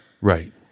right